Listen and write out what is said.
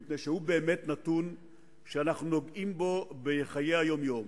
משום שהוא באמת נתון שאנחנו נוגעים בו בחיי היום-יום.